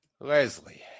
leslie